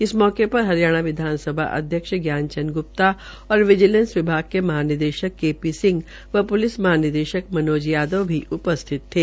इस मौके पर हरियाणा विधानसभा अध्यक्ष ज्ञान चंद गुप्ता और विजिलेंस विभाग के महानिदेशक के पी सिह व प्रलिस महानिदेशक मनोज यादव भी उपस्थित थे